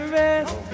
rest